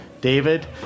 David